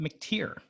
McTeer